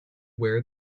wear